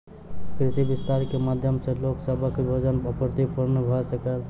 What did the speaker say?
कृषि विस्तार के माध्यम सॅ लोक सभक भोजन आपूर्ति पूर्ण भ सकल